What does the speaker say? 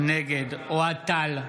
נגד אוהד טל,